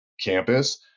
campus